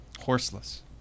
Horseless